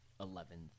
eleventh